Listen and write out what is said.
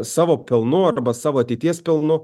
savo pelnu arba savo ateities pelnu